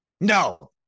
no